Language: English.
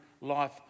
life